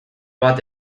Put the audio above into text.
bat